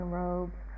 robes